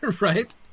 Right